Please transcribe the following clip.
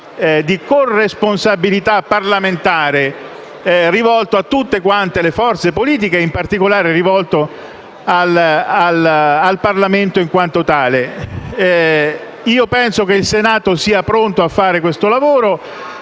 di corresponsabilità parlamentare, rivolto a tutte le forze politiche e, in particolare, rivolto al Parlamento in quanto tale. Io penso che il Senato sia pronto a svolgere questo lavoro.